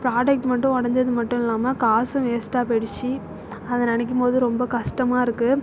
product மட்டும் உடஞ்சது மட்டும் இல்லாமல் காசும் வேஸ்ட்டாக போய்டுச்சி அதை நினைக்கும்போது ரொம்ப கஷ்டமா இருக்குது